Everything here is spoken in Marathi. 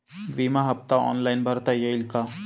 विमा हफ्ता ऑनलाईन भरता येईल का?